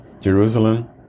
Jerusalem